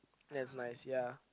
that's nice ya